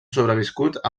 sobreviscut